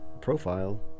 profile